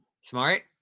smart